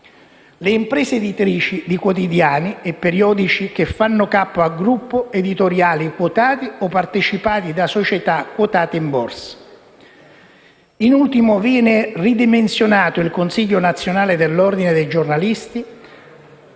le imprese editrici di quotidiani e periodici che fanno capo a gruppi editoriali quotati o partecipati da società quotate in borsa. In ultimo, viene ridimensionato il Consiglio nazionale dell'Ordine dei giornalisti.